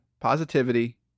Positivity